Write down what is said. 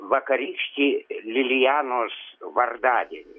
vakarykštį lilijanos vardadienį